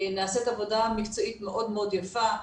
נעשית עבודה מקצועית מאוד מאוד יפה,